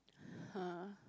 !huh!